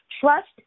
Trust